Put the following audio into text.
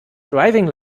driving